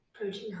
protein